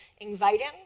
inviting